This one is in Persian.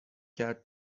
کرد